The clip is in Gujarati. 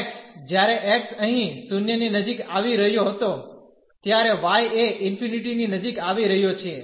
તેથી x જ્યારે x અહીં 0 ની નજીક આવી રહ્યો હતો ત્યારે y એ ∞ ની નજીક આવી રહ્યો છે